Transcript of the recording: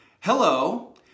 hello